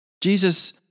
Jesus